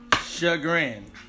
Chagrin